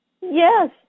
Yes